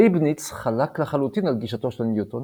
לייבניץ חלק לחלוטין על גישתו של ניוטון